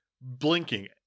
blinking